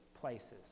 places